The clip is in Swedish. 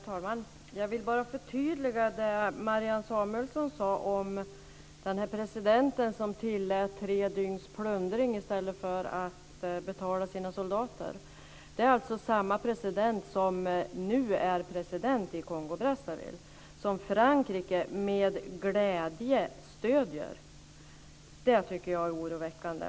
Herr talman! Jag vill förtydliga det Marianne Samuelsson sade om presidenten som tillät tre dygns plundring i stället för att betala sina soldater. Det är alltså samma president som nu är president i Kongo Brazzaville och som Frankrike med glädje stöder. Det är oroväckande.